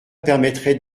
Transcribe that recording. permettrait